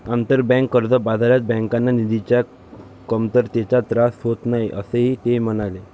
आंतरबँक कर्ज बाजारात बँकांना निधीच्या कमतरतेचा त्रास होत नाही, असेही ते म्हणाले